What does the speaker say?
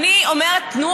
ואני קוראת ליושרה שלכם,